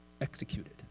executed